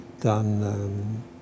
done